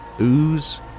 ooze